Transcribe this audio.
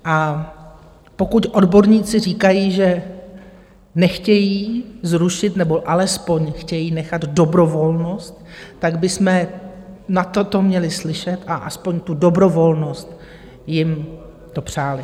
A pokud odborníci říkají, že nechtějí zrušit, nebo alespoň chtějí nechat dobrovolnost, tak bychom na toto měli slyšet a aspoň tu dobrovolnost jim dopřát.